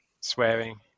swearing